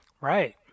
Right